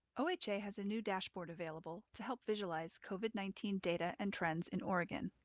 oha has a new dashboard available to help visualize covid nineteen data and trends in oregon.